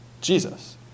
Jesus